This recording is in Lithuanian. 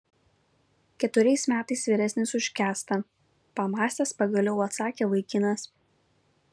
keturiais metais vyresnis už kęstą pamąstęs pagaliau atsakė vaikinas